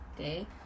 okay